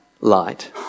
light